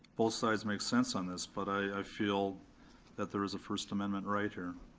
both sides make sense on this, but i feel that there is a first amendment right here.